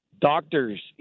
doctors